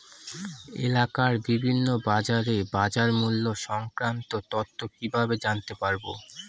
এলাকার বিভিন্ন বাজারের বাজারমূল্য সংক্রান্ত তথ্য কিভাবে জানতে পারব?